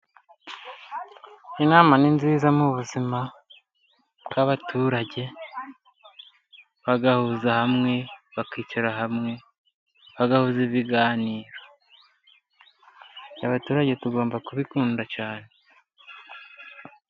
Inama ni nziza mu buzima, bw'abaturage bagahuriza hamwe, bakica hamwe bagahuza ibiganiro, abaturage tugomba kubikunda cyane.